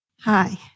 Hi